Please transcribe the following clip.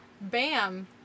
bam